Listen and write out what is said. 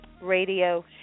Radio